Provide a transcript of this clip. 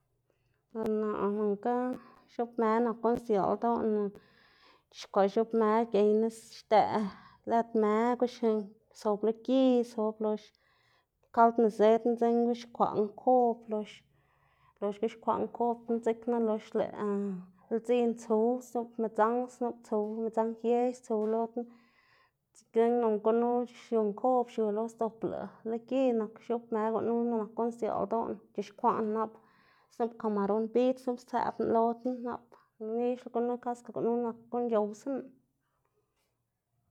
Ber naꞌ nonga x̱oꞌb më nak guꞌn sdziaꞌl ldoꞌná, c̲h̲ixkwaꞌ x̱oꞌb më gey nis xdëꞌ lëd më sob lo gi sob, lox kald nizëd knu dzekna x̱ixkwaꞌ nkob lox lox guxkwaꞌ nkob knu dzekna, lox lëꞌ ldzin tsuw snup medzanj snup tsuw, midzanj yex tsuw lo knu, dzekna nonga gunu xiu nkob xiu lo sdzobla lo gi nak x̱oꞌb më, gunu nak guꞌn sdzial ldoꞌná ix̱ixkwaꞌná nap snup kamaron bidz snup stseꞌbná lo knu, nap nixla gunu kaske gunu nak guꞌn c̲h̲owsaná.